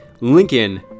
Lincoln